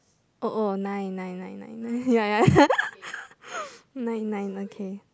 oh oh nine nine nine nine nine ya ya nine nine okay